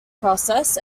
process